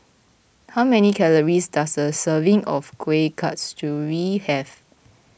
how many Calories does a serving of Kueh Kasturi have